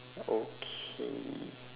okay